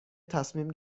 تصمیم